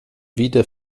wieder